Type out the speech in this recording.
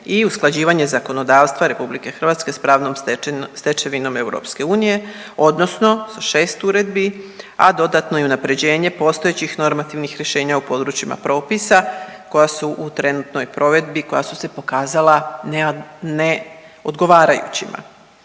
i usklađivanje zakonodavstva Republike Hrvatske sa pravnom stečevinom EU, odnosno sa 6 uredbi, a dodatno i unapređenje postojećih normativnih rješenja u područjima propisa koja su u trenutnoj provedbi koja su se pokazala neodgovarajućima.